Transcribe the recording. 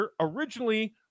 Originally